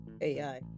AI